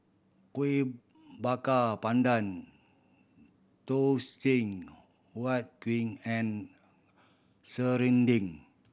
Kuih Bakar Pandan Huat Kueh and serunding